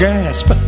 Gasp